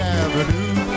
avenue